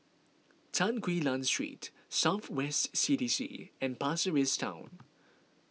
Tan Quee Lan Street South West C D C and Pasir Ris Town